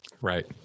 right